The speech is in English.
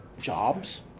jobs